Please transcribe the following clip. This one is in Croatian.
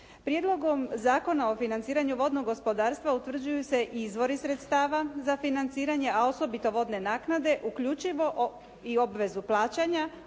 Prijedlogom zakona o financiranju vodnog gospodarstva utvrđuju se izvori sredstava za financiranje a osobito vodne naknade uključivo i obvezu plaćanja,